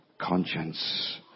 conscience